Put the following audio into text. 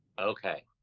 Okay